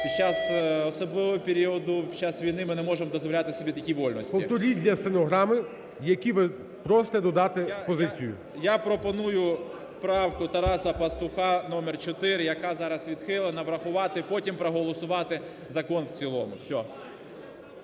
Під час особливого періоду, під час війни ми не можемо дозволяти собі такі вольності. ГОЛОВУЮЧИЙ. Повторіть для стенограми, які ви просите додати… позицію. ВІННИК І.Ю. Я пропоную правку Тараса Пастуха номер 4, яка зараз відхилена, врахувати. Потім проголосувати закон в цілому.